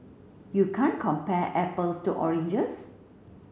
you can't compare apples to oranges